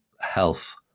health